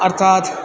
अर्थात्